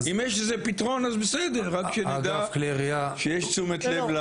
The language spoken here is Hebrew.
אם יש איזה פתרון אז בסדר, רק שנדע שיש תשומת לב.